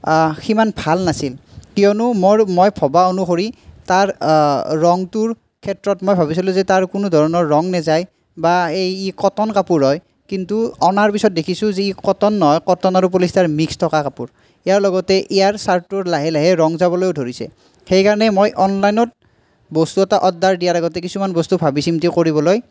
সিমান ভাল নাছিল কিয়নো মোৰ মই ভৱা অনুসৰি তাৰ ৰঙটোৰ ক্ষেত্ৰত মই ভাৱিছিলোঁ যে তাৰ কোনো ধৰণৰ ৰং নাযায় বা ই কটন কাপোৰ হয় কিন্তু অনাৰ পিছত দেখিছোঁ যে ই কটন নহয় কটন আৰু পলিষ্টাৰ মিক্স থকা কাপোৰ ইয়াৰ লগতে ইয়াৰ চাৰ্টটোৰ লাহে লাহে ৰং যাবলৈও ধৰিছে সেইকাৰণে মই অনলাইনত বস্তু এটা অৰ্ডাৰ দিয়াৰ আগতে কিছুমান বস্তু ভাৱি চিন্তি কৰিবলৈ